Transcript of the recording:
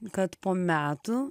kad po metų